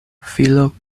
filo